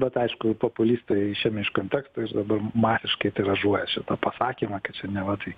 bet aišku populistai išėmė iš konteksto ir dabar masiškai tiražuoja šitą pasakymą kad čia neva tai